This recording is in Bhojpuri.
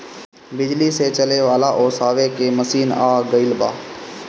बिजली से चले वाला ओसावे के मशीन आ गइल बा